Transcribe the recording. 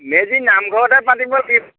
মেজি নামঘৰতে পাতিব